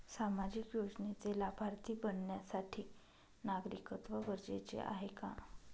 सामाजिक योजनेचे लाभार्थी बनण्यासाठी नागरिकत्व गरजेचे आहे का?